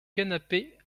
canapé